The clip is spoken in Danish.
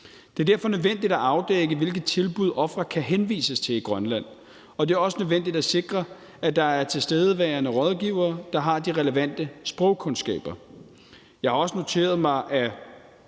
Det er derfor nødvendigt at afdække, hvilke tilbud ofre kan henvises til i Grønland, og det er også nødvendigt at sikre, at der er tilstedeværende rådgivere, der har de relevante sprogkundskaber. Jeg har også noteret mig, at